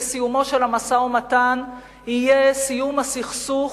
וסיומו של המשא-ומתן יהיה סיום הסכסוך,